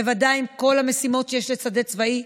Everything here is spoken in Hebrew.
בוודאי עם כל המשימות שיש לשדה צבאי,